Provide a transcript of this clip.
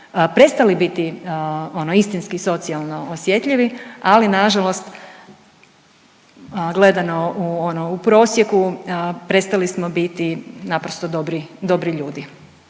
prestali biti ono istinski socijalno osjetljivi, ali nažalost gledano ono u prosjeku prestali smo biti naprosto dobri, dobri